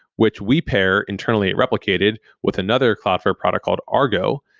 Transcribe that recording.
which we pair internally at replicated with another cloudflare product called argo.